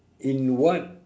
in what